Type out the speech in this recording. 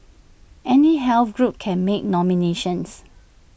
any health group can make nominations